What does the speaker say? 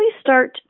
start